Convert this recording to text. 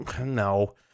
no